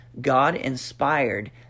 God-inspired